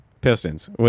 Pistons